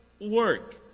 work